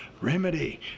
remedy